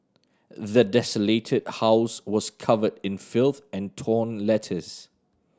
the desolated house was covered in filth and torn letters